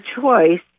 choice